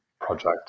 project